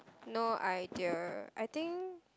no idea I think